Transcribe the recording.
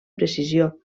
precisió